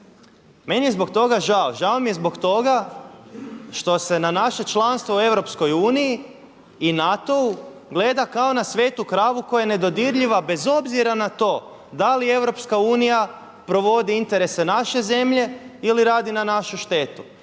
Meni je zbog toga žao. Žao mi je zbog toga što se na naše članstvo u EU i NATO-u gleda kao na svetu kravu koja je nedodirljiva bez obzira na to da li EU provodi interese naše zemlje ili radi na našu štetu,